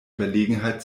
überlegenheit